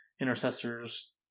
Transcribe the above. Intercessors